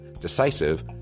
decisive